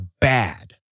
bad